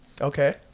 okay